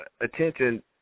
attention